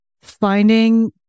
finding